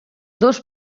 dos